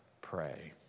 pray